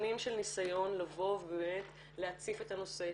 שנים של ניסיון לבוא ובאמת להציף את הנושא,